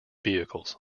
vehicles